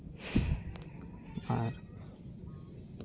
ᱟᱨ